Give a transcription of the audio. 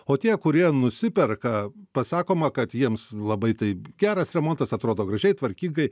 o tie kurie nusiperka pasakoma kad jiems labai tai geras remontas atrodo gražiai tvarkingai